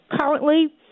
currently